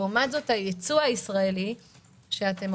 לעומת זה, הייצוא הישראלי, 0.1%,